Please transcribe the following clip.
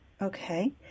Okay